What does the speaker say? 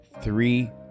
three